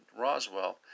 Roswell